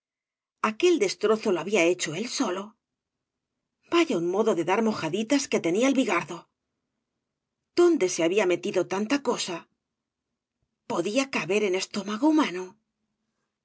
aquel destrozo lo había hecho él bolo vaya un modo de dar mojaditas que tenia el bigardo dónde se había metido tanta cosa podía caber en estómago humano